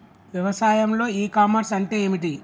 వ్యవసాయంలో e commerce అంటే ఏమిటి?